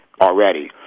already